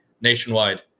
nationwide